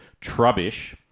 Trubbish